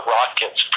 Rockets